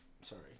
Sorry